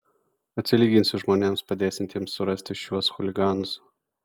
atsilyginsiu žmonėms padėsiantiems surasti šiuos chuliganus